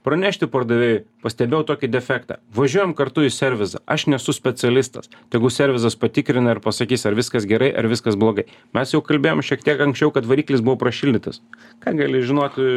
pranešti pardavėjui pastebėjau tokį defektą važiuojam kartu į servizą aš nesu specialistas tegu servizas patikrina ir pasakys ar viskas gerai ar viskas blogai mes jau kalbėjom šiek tiek anksčiau kad variklis buvo prašildytas ką gali žinoti